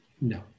No